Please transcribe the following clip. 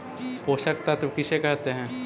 पोषक तत्त्व किसे कहते हैं?